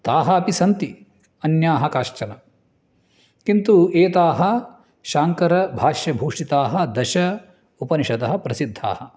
ताः अपि सन्ति अन्याः काश्चन किन्तु एताः शाङ्करभाष्यभूषिताः दश उपनिषदः प्रसिद्धाः